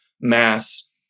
mass